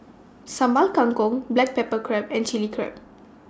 Sambal Kangkong Black Pepper Crab and Chilli Crab